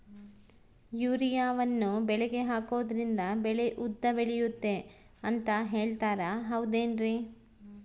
ಯೂರಿಯಾವನ್ನು ಬೆಳೆಗೆ ಹಾಕೋದ್ರಿಂದ ಬೆಳೆ ಉದ್ದ ಬೆಳೆಯುತ್ತೆ ಅಂತ ಹೇಳ್ತಾರ ಹೌದೇನ್ರಿ?